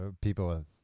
people